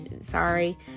sorry